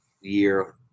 year